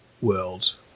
world